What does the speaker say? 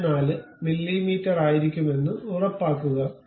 14 മില്ലീമീറ്ററായിരിക്കുമെന്ന് ഉറപ്പാക്കുക